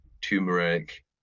turmeric